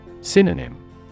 Synonym